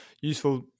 useful